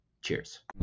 Cheers